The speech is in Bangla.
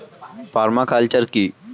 পার্মা কালচার কি?